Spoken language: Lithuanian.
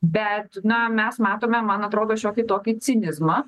bet na mes matome man atrodo šiokį tokį cinizmą